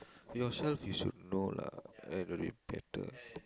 yourself you should know lah every better